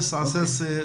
לאתר.